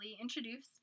introduce